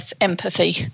empathy